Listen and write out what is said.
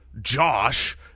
Josh